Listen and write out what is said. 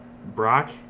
Brock